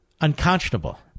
unconscionable